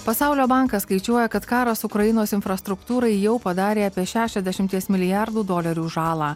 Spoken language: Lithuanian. pasaulio bankas skaičiuoja kad karas ukrainos infrastruktūrai jau padarė apie šešiasdešimties milijardų dolerių žalą